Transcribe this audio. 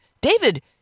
David